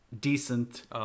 decent